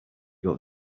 got